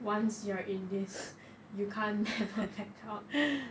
once you are in this you can't ever back out